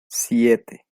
siete